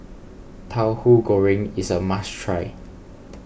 Tauhu Goreng is a must try